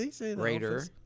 Raider